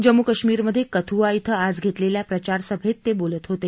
जम्मू काश्मीरमध्ये कथुआ इथं आज घेतलेल्या प्रचारसभेत ते बोलत होते